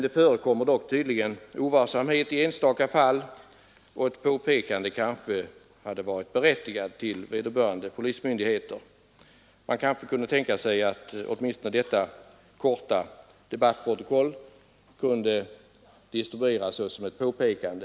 Det förekommer dock tydligen ovarsamhet i enstaka fall, och ett påpekande till vederbörande polismyndigheter kanske hade varit berättigat. Man kanske kunde tänka sig att åtminstone detta korta debattprotokoll kunde distribueras såsom ett påpekande?